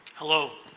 hello.